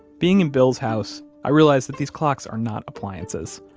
being in bill's house, i realize that these clocks are not appliances.